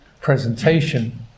presentation